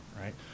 right